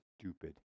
stupid